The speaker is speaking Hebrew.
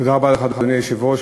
אדוני היושב-ראש,